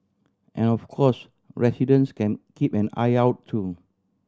and of course residents can keep an eye out too